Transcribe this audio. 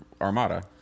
Armada